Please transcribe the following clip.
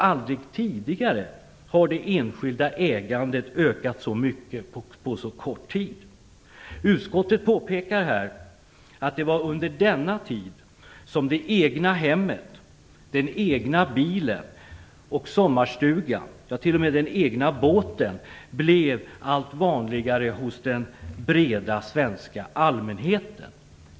Aldrig tidigare har det enskilda ägandet ökat så mycket på så kort tid. Utskottet påpekar att det var under denna tid som det egna hemmet, den egna bilen, sommarstugan, ja t.o.m. den egna båten blev allt vanligare hos den breda svenska allmänheten.